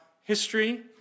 history